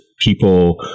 people